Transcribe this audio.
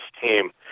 team